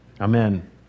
Amen